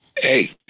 Hey